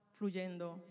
fluyendo